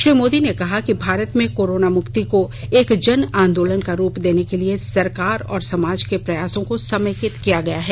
श्री मोदी ने कहा कि भारत में कोरोना मुक्ति को एक जन आंदोलन का रुप देने के लिए सरकार और समाज के प्रयासों को समेकित किया गया है